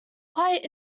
quite